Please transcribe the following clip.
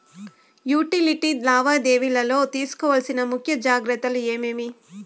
Utility లావాదేవీల లో తీసుకోవాల్సిన ముఖ్య జాగ్రత్తలు ఏమేమి?